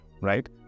right